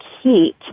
heat